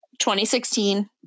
2016